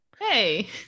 Hey